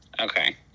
Okay